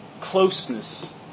closeness